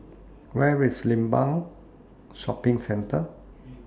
where's Limbang Shopping Centre